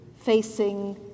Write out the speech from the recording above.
facing